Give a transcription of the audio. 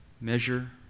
measure